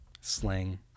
Slang